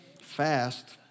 Fast